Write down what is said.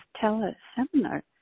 tele-seminar